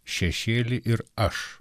šešėlį ir aš